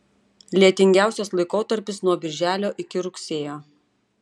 lietingiausias laikotarpis nuo birželio iki rugsėjo